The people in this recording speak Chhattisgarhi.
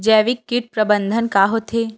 जैविक कीट प्रबंधन का होथे?